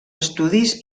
estudis